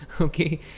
okay